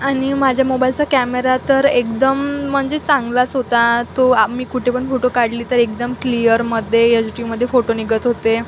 आणि माझ्या मोबाईलचा कॅमेरा तर एकदम म्हणजे चांगलाच होता तो आम्ही कुठे पण फोटो काढली तर एकदम क्लिअरमध्ये एच डीमध्ये फोटो निघत होते